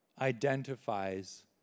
identifies